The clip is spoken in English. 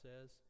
says